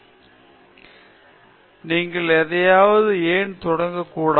ஆஷா க்ராந்தி நீங்கள் எதையாவது ஏன் தொடங்க க்கூடாது